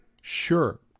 Sure